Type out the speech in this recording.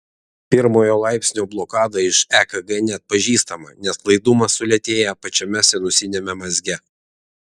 pirmojo laipsnio blokada iš ekg neatpažįstama nes laidumas sulėtėja pačiame sinusiniame mazge